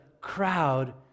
crowd